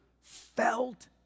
felt